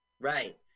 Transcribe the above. Right